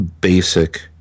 basic